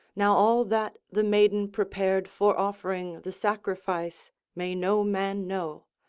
now all that the maiden prepared for offering the sacrifice may no man know,